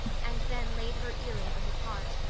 and then laid her ear over his heart.